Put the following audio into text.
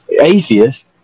Atheist